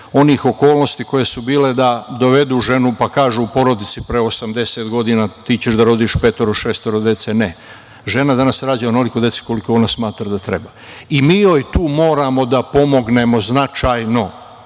onih okolnosti koje su bile da dovedu ženu, pa kažu porodici pre 80 godina – ti ćeš da rodiš petoro, šestoro dece. Ne. Žena danas rađa onoliko dece koliko ona smatra da treba i mi tu moramo da joj pomognemo, značajno. Sve